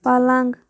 پلنٛگ